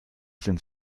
sind